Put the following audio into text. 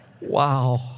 Wow